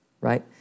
right